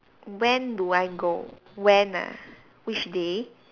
when do I go when ah which day